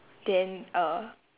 then uh